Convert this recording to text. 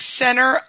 center